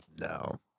No